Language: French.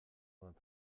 vingt